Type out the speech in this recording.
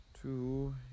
Two